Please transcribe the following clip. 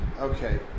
Okay